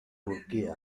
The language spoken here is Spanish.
turquía